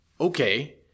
okay